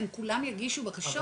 הם כולם יגישו בקשות.